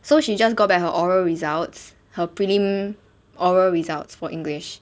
so she just got back her oral results her prelim oral results for english